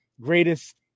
Greatest